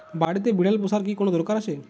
বাড়িতে বিড়াল পোষার কি কোন দরকার আছে?